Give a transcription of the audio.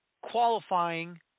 qualifying